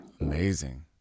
Amazing